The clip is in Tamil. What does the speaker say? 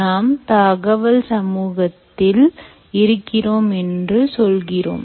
நாம் தகவல் சமூகத்தில் இருக்கிறோம் என்று சொல்கிறோம்